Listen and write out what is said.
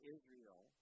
Israel